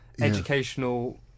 educational